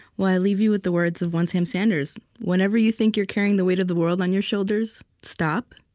well, i leave you with the words of one sam sanders whenever you think you're carrying the weight of the world on your shoulders, stop,